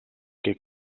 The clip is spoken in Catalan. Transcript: què